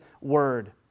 word